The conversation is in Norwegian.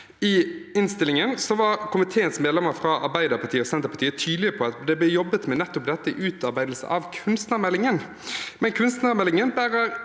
I innstillingen var komiteens medlemmer fra Arbeiderpartiet og Senterpartiet tydelige på at det ble jobbet med nettopp dette i utarbeidelsen av kunstnermeldingen. Men kunstnermeldingen bærer